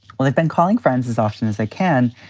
well, i've been calling friends as often as i can.